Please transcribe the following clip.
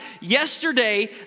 Yesterday